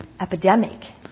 epidemic